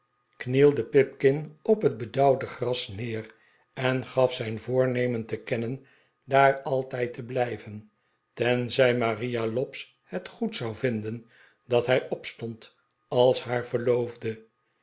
knielde pipkin op het bedauwde gras neer en gaf zijn voornemen te kennen daar altijd te blijven tenzij maria lobbs het goed zou vinden dat hij opstond als haar verloofde